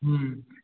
হুম